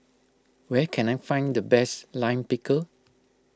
where can I find the best Lime Pickle